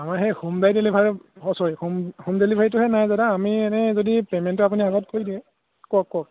অঁ এই হোমডাই ডেলিভাৰী অ' ছৰী হোম হোম ডেলিভাৰীটোহে নাই দাদা আমি এনেই যদি পে'মেণ্টটো আপুনি আগত কৰি দিয়ে কওঁক কওঁক